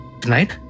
tonight